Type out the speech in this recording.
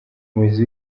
umuyobozi